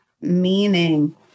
meaning